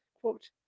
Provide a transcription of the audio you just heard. Quote